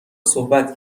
صحبت